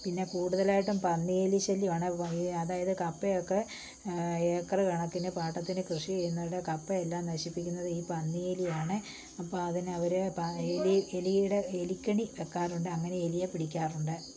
പിന്നെ കൂടുതലായിട്ടും പന്നി എലി ശല്യമാണ് അതായത് കപ്പയൊക്കെ ഏക്കർ കണക്കിന് പാട്ടത്തിന് കൃഷി ചെയ്യുന്നവരുടെ കപ്പയെല്ലാം നശിപ്പിക്കുന്നത് ഈ പന്നിയെലിയാണേ അപ്പോൾ അതിന് അവർ പ ഇ എലി എലിയുടെ എലിക്കെണി വെക്കാറുണ്ട് അങ്ങനെ എലിയെ പിടിക്കാറുണ്ട്